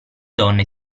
donne